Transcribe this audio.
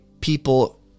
people